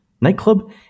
nightclub